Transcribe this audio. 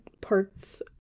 parts